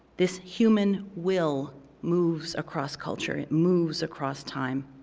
this human will moves across culture, it moves across time.